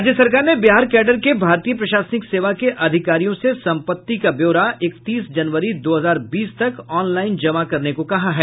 राज्य सरकार ने बिहार कैडर के भारतीय प्रशासनिक सेवा के अधिकारियों से संपत्ति का ब्यौरा इकतीस जनवरी दो हजार बीस तक ऑनलाईन जमा करने को कहा है